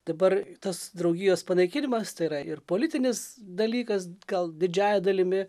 dabar tas draugijos panaikinimas yra ir politinis dalykas gal didžiąja dalimi